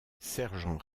sergent